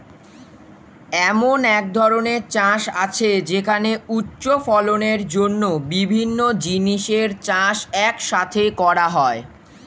এমন এক ধরনের চাষ আছে যেখানে উচ্চ ফলনের জন্য বিভিন্ন জিনিসের চাষ এক সাথে করা হয়